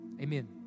Amen